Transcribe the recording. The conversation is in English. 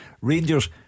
Rangers